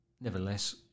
nevertheless